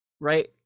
Right